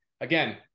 Again